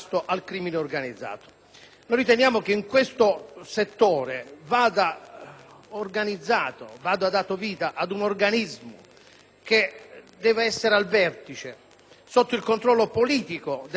vada data vita ad un organismo di vertice, sotto il controllo politico della Presidenza del Consiglio dei ministri, che dovrà provvedere, entro novanta giorni, con decreto.